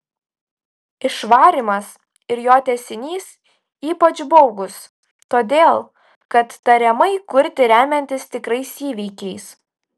išvarymas ir jo tęsinys ypač baugūs todėl kad tariamai kurti remiantis tikrais įvykiais